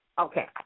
Okay